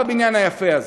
בבניין היפה הזה.